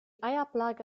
eiablage